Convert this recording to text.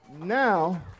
Now